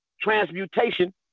Transmutation